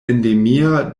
endemia